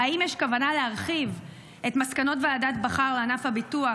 2. האם יש כוונה להרחיב את מסקנות ועדת בכר לענף הביטוח